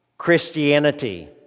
Christianity